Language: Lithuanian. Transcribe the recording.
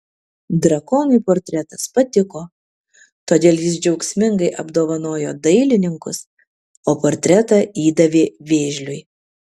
drakonui portretas patiko todėl jis džiaugsmingai apdovanojo dailininkus o portretą įdavė vėžliui